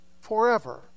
forever